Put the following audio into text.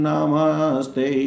Namaste